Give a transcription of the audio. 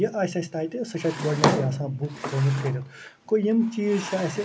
یہِ آسہِ اَسہِ تَتہِ سُہ چھِ اَسہِ گۄڈنٮ۪ٹھٕے آسان بُک تھومُت کٔرِتھ گوٚو یِم چیٖز چھِ اَسہِ